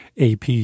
AP